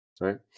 right